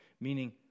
meaning